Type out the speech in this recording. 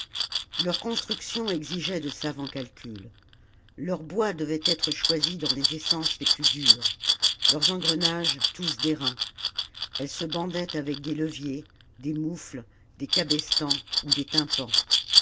leur construction exigeait de savants calculs leurs bois devaient être choisis dans les essences les plus dures leurs engrenages tous d'airain elles se bandaient avec des leviers des moufles des cabestans ou des tympans